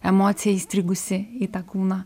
emocija įstrigusi į tą kūną